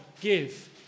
give